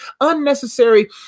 unnecessary